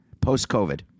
post-COVID